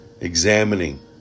Examining